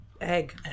egg